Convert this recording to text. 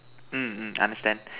mm mm understand